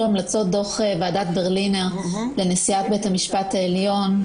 המלצות דוח ועדת ברלינר לנשיאת בית המשפט העליון,